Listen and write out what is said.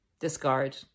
discard